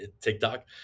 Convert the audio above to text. TikTok